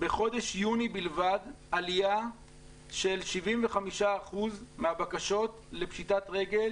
בחודש יוני בלבד עלייה של 75% מהבקשות לפשיטת רגל